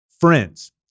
Friends